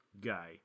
guy